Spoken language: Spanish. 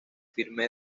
firme